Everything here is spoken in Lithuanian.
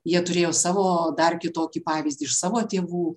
jie turėjo savo dar kitokį pavyzdį iš savo tėvų